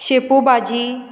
शेपू भाजी